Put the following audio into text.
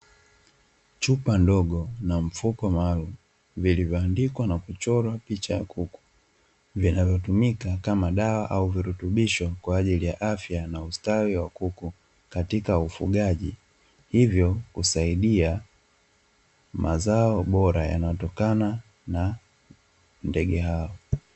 Chupa ndogo na mfuko maalumu vilivyoandikwa na kuchorwa picha ya kuku, vinavyotumika kama dawa au virutubisho kwa ajili ya afya na ustawi wa kuku katika ufugaji, hivyo husaidia mazao bora yanayotokana na ndege hao.